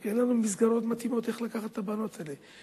רק אין לנו מסגרות מתאימות לקחת את הבנות האלה.